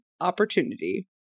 opportunity